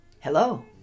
Hello